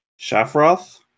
shafroth